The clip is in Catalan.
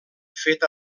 fet